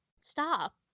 stop